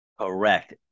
Correct